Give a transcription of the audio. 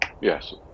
Yes